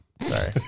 Sorry